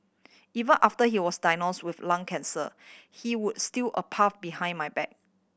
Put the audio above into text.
even after he was diagnose with lung cancer he would steal a puff behind my back